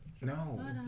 No